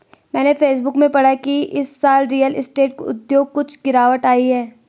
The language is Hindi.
मैंने फेसबुक में पढ़ा की इस साल रियल स्टेट उद्योग कुछ गिरावट आई है